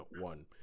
one